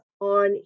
on